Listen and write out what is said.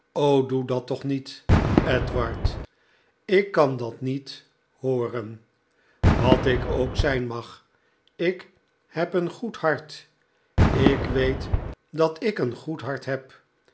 doe dat toch niet edward ik kan dat niet hooren wat ik ook zijn mag ik heb een goed hart ik weet dat ik een goed hart heb